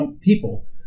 people